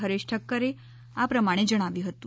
હરેશ ઠક્કરે આ પ્રમાણે જણાવ્યું હતું